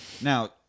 now